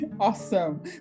Awesome